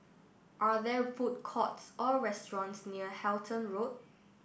are there food courts or restaurants near Halton Road